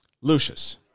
Lucius